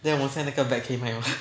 then 我现在那个 bag 可以卖 [what]